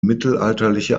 mittelalterliche